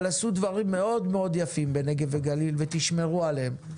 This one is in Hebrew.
אבל עשו דברים מאוד מאוד יפים בנגב וגליל ותשמרו עליהם.